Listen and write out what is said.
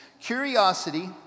curiosity